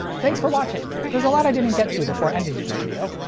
thanks for watching. there's a lot i didn't get to before ending this video,